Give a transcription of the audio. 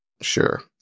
Sure